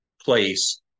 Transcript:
place